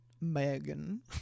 Megan